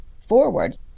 forward